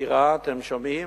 ודירה שם, אתם שומעים,